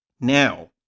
Now